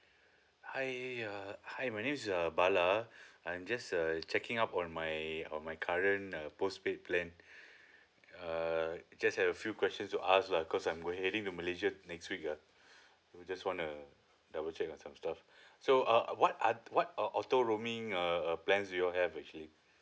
hi uh hi my name is uh bala I'm just uh checking up on my on my current uh postpaid plan uh just have a few questions to ask lah cause I'm going heading to malaysia next week uh I just want uh double check on some stuff so uh what are what uh auto roaming uh uh plans you all have actually